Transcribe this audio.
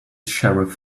sheriff